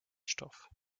stoff